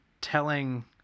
telling